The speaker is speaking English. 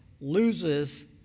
loses